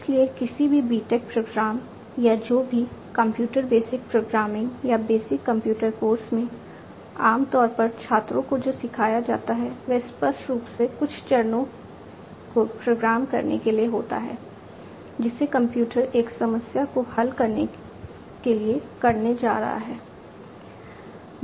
इसलिए किसी भी BTech प्रोग्राम या जो भी कंप्यूटर बेसिक कंप्यूटर प्रोग्रामिंग या बेसिक कंप्यूटर कोर्स में आम तौर पर छात्रों को जो सिखाया जाता है वह स्पष्ट रूप से कुछ चरणों को प्रोग्राम करने के लिए होता है जिसे कंप्यूटर एक समस्या को हल करने के लिए करने जा रहा है